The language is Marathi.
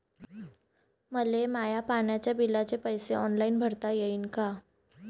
मले माया पाण्याच्या बिलाचे पैसे ऑनलाईन भरता येईन का?